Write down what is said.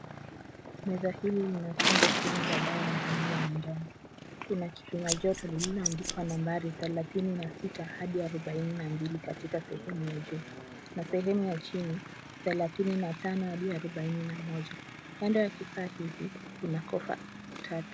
Meza hii ina tembe kumi za dawa zenye rangi ya manjano. Kuna kipima joto iliyoandikwa nambari 36-42 katika sehemu ya juu. Na sehemu ya chini 35-41, huenda kifaa hiki kuna kofa tatu.